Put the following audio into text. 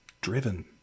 driven